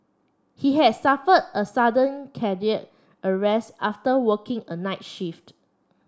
he had suffered a sudden cardiac arrest after working a night shift